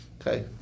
okay